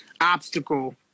obstacle